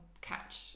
catch